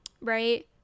right